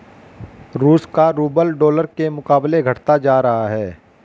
रूस का rouble dollar के मुकाबले घटता जा रहा है